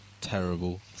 terrible